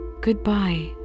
Goodbye